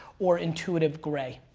or intuitive gray.